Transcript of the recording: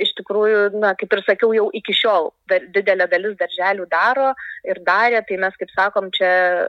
iš tikrųjų na kaip ir sakiau jau iki šiol dar didelė dalis darželių daro ir darė tai mes kaip sakom čia